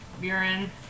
Buren